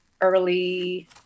early